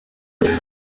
utabizi